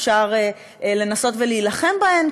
אפשר לנסות להילחם בהן,